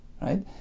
right